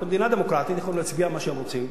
במדינה דמוקרטית יכולים להצביע מה שהם רוצים.